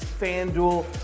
FanDuel